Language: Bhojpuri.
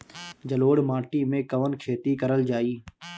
जलोढ़ माटी में कवन खेती करल जाई?